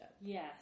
Yes